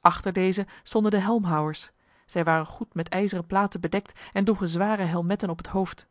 achter dezen stonden de helmhouwers zij waren goed met ijzeren platen bedekt en droegen zware helmetten op het hoofd